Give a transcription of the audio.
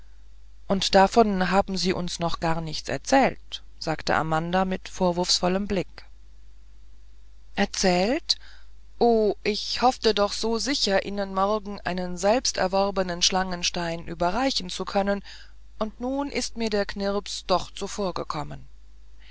und davon haben sie uns noch gar nichts erzählt sagte amanda mit vorwurfsvollem blick erzählt o ich hoffte doch so sicher ihnen morgen einen selbsterworbenen schlangenstein überreichen zu können und nun ist mir der knirps doch